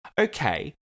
Okay